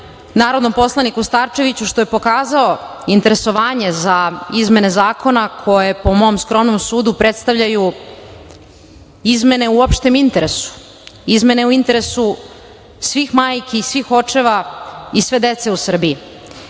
narodnom poslaniku Starčeviću što je pokazao interesovanje za izmene zakona koje, po mom skromnom sudu, predstavljaju izmenu u opštem interesu, izmene u interesu svih majki, svih očeva i sve dece u